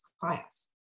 class